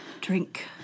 Drink